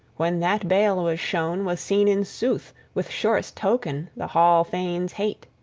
when that bale was shown, was seen in sooth, with surest token, the hall-thane's hate.